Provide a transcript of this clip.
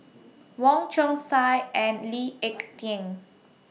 Wong Chong Sai and Lee Ek Tieng